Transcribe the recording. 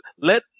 let